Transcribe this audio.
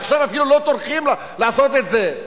עכשיו אפילו לא טורחים לעשות את זה.